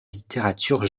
littérature